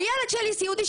הילד שלי סיעודי,